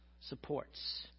supports